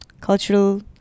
cultural